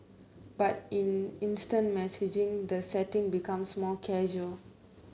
but in instant messaging the setting becomes more casual